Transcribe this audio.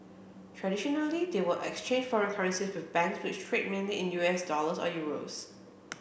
traditionally they would exchange foreign currencies with banks which trade mainly in U S dollars or euros